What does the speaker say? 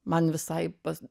man visai pas